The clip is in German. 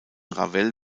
ravel